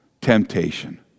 temptation